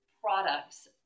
products